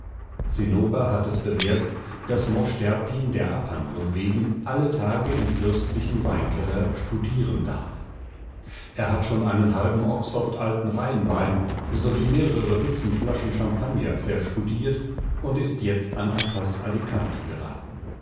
zinnober hat es bewirkt daß mosch terpin der abhandlung wegen alle tage im fürstlichen weinkeller studieren darf er hat schon einen halben oxhoft alten rheinwein sowie mehrere dutzend flaschen champagner verstudiert und ist jetzt an ein faß alikante geraten